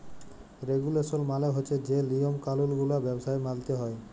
রেগুলেসল মালে হছে যে লিয়ম কালুল গুলা ব্যবসায় মালতে হ্যয়